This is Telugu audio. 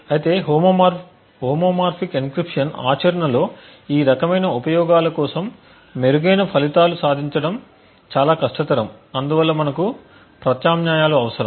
అయితే హోమోమోర్ఫిక్ ఎన్క్రిప్షన్ ఆచరణలో ఈ రకమైన ఉపయోగాల కోసం మెరుగైన ఫలితాలు సాధించటం చాలా కష్టతరం అందువల్ల మనకు ప్రత్యామ్నాయాలు అవసరం